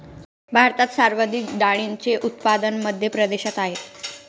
भारतात सर्वाधिक डाळींचे उत्पादन मध्य प्रदेशात आहेत